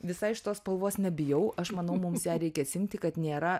visai šitos spalvos nebijau aš manau mums ją reikia atsiiminti kad nėra